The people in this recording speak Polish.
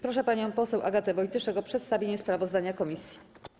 Proszę panią poseł Agatę Wojtyszek o przedstawienie sprawozdania komisji.